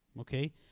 Okay